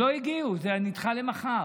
לא הגיעו, זה נדחה למחר.